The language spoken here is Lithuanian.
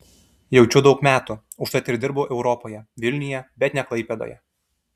jaučiu daug metų užtat ir dirbu europoje vilniuje bet ne klaipėdoje